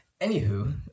anywho